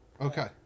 Okay